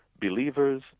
believers